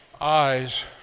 eyes